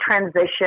transition